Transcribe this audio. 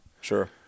Sure